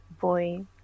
boy